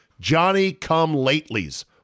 Johnny-come-latelys